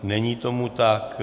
Není tomu tak.